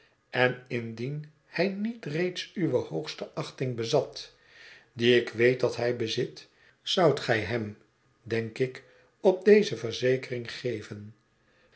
en indien hij niet reeds uwe hoogste achting bezat die ik weet dat hij bezit zoudt gij ze hem denk ik op deze verzekering geven